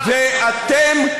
אתם,